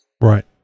Right